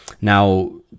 Now